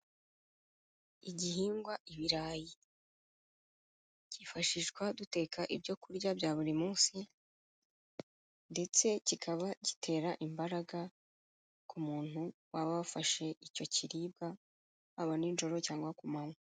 Igihingwa ibirayi, cyifashishwa duteka ibyokurya bya buri munsi ndetse kikaba gitera imbaraga ku muntu waba wafashe icyo kiribwa haba n'ijoro cyangwa ku manywa.